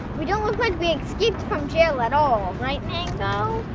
we don't look like we escaped from jail at all right mango?